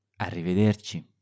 Arrivederci